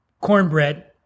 cornbread